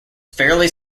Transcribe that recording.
fairly